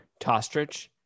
Tostrich